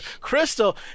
crystal